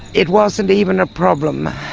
it wasn't even a problem.